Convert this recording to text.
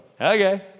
okay